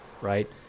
right